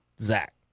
Zach